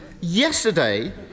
Yesterday